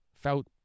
felt